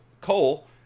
cole